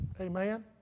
Amen